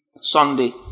Sunday